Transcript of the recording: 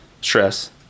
stress